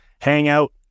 hangout